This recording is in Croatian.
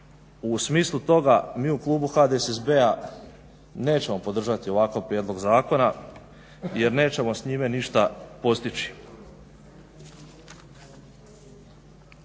U smislu toga mi u klubu HDSSB-a nećemo podržati ovakav prijedlog zakona jer nećemo s njima ništa postići.